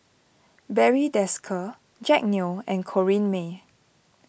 Barry Desker Jack Neo and Corrinne May